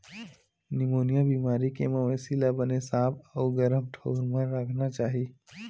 pneumonia बेमारी के मवेशी ल बने साफ अउ गरम ठउर म राखना चाही